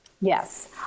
Yes